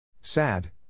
Sad